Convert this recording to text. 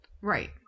Right